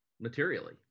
materially